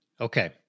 Okay